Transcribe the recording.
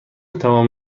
تمام